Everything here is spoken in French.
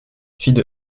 fille